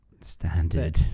standard